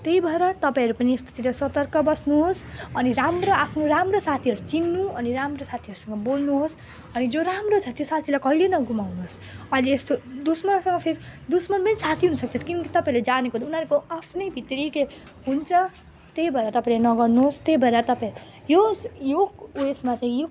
त्यही भएर तपाईँहरू पनि यस्तोतिर सतर्क बस्नुहोस् अनि राम्रो आफ्नो राम्रो साथीहरू चिन्नु अनि राम्रो साथीहरूसँग बोल्नुहोस् अनि जो राम्रो छ त्यो साथीलाई कहिले नगुमाउनुहोस् अहिले यस्तो दुस्मनसँग फेरि दुस्मन पनि साथी हुनसक्छ किनकि तपाईँहरूले जानेको त उनीहरूको आफ्नै भित्री त्यो हुन्छ त्यही भएर तपाईँले नगर्नुहोस् त्यही भएर तपाईँ यस यो उयसमा चाहिँ युक